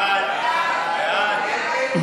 ההסתייגויות